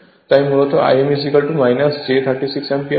তাই মূলত Im j 36 ampere হবে